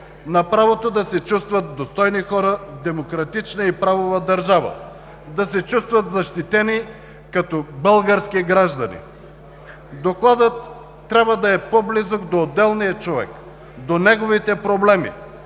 на правото да се чувстват достойни хора в демократична и правова държава, да се чувстват защитени като български граждани. Докладът трябва да е по-близък до отделния човек, до неговите проблеми,